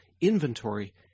inventory